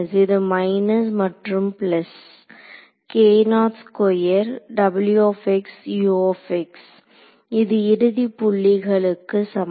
இது மைனஸ் மற்றும் பிளஸ் இது இறுதி புள்ளிகளுக்கு சமம்